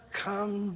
come